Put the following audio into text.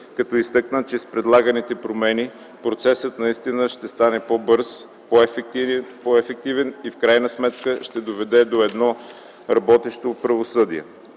като изтъкна, че с предлаганите промени процесът наистина ще стане по-бърз, по-ефективен и в крайна сметка ще доведе до едно работещо правосъдие.